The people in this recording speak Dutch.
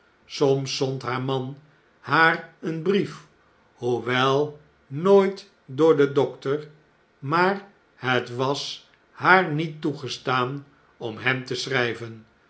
soms zond haar man haar een brief hoewel nooit door den dokter maar het was haar niet toegestaan om hem te schrjjven